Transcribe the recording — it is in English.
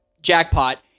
jackpot